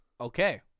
Okay